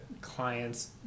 clients